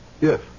Yes